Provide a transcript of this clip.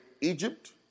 Egypt